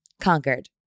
conquered